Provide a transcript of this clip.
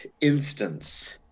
instance